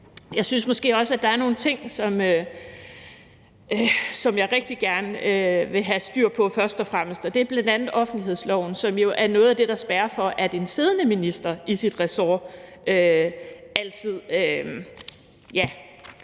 at jeg måske også synes, at der er nogle ting, som jeg rigtig gerne vil have styr på først og fremmest, og det er bl.a. offentlighedsloven, som jo er noget af det, der gør, at en siddende minister inden for sit ressort i